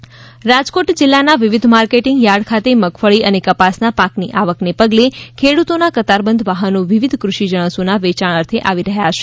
marketing yard Rajkot જિલ્લાના વિવિધ marketing yard ખાતે મગફળી અને કપાસના પાકની આવકને પગલે ખેડૂતોના કતારબંધ વાહનો વિવિધ કૃષિ જણસોના વેચાણ અર્થે આવી રહયા છે